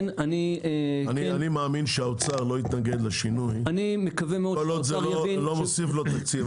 אני מאמין שהאוצר לא יתנגד לשינוי כל עוד זה לא מוסיף לו תקציב.